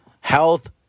health